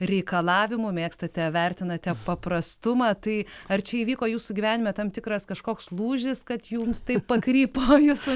reikalavimų mėgstate vertinate paprastumą tai ar čia įvyko jūsų gyvenime tam tikras kažkoks lūžis kad jums taip pakrypo jūsų